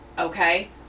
Okay